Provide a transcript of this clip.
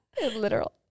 Literal